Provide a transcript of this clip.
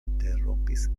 interrompis